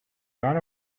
gone